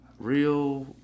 real